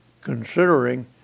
considering